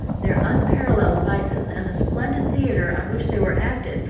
their unparalleled vices, and the splendid theatre on which they were acted,